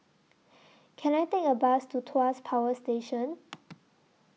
Can I Take A Bus to Tuas Power Station